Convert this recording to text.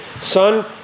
Son